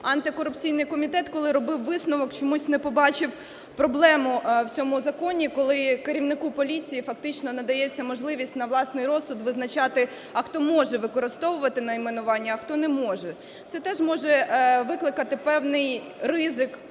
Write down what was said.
антикорупційний комітет, коли робив висновок, чомусь не побачив проблему в цьому законі, коли керівнику поліції фактично надається можливість на власний розсуд визначати, а хто може використовувати найменування, а хто не може. Це теж може викликати певний ризик,